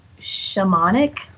shamanic